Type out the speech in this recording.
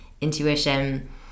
intuition